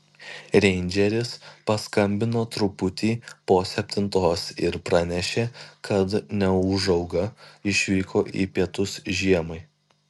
reindžeris paskambino truputį po septintos ir pranešė kad neūžauga išvyko į pietus žiemai